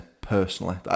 personally